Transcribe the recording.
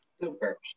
Super